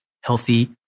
healthy